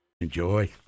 Enjoy